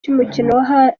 cy’umukino